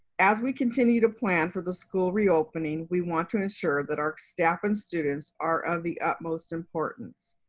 as we continue to plan for the school reopening, we want to ensure that our staff and students are of the utmost importance.